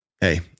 Hey